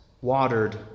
watered